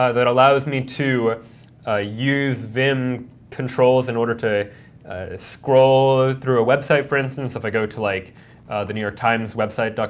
that allows me to ah use vim controls in order to scroll through a website, for instance. if i go to like the new york times website,